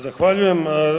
Zahvaljujem.